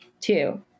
two